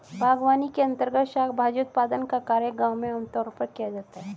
बागवानी के अंर्तगत शाक भाजी उत्पादन का कार्य गांव में आमतौर पर किया जाता है